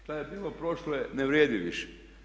Šta je bilo prošle ne vrijedi više.